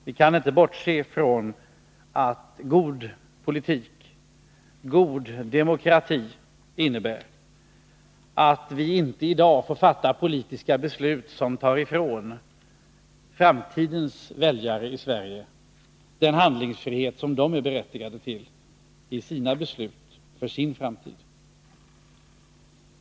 Vi kan inte bortse från att god politik och god demokrati innebär att vi inte i dag får fatta politiska beslut som tar ifrån framtidens väljare i Sverige den handlingsfrihet som de är berättigade till i sina beslut för sin framtid.